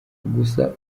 gusa